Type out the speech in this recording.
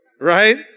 right